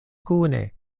kune